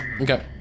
Okay